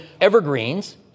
evergreens